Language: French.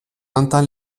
entend